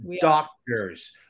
doctors